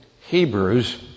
Hebrews